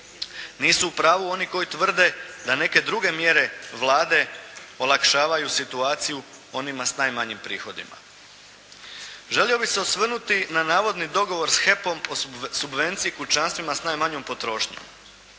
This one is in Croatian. Nisu u pravu oni koji tvrde da neke druge mjere Vlade olakšavaju situaciju onima s najmanjim prihodima. Želio bih se osvrnuti na navodi dogovor s HEP-om o subvenciji kućanstvima s najmanjom potrošnjom.